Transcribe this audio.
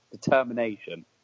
determination